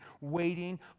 waiting